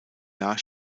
jahr